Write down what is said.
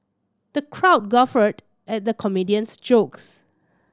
the crowd guffawed at the comedian's jokes